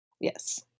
Yes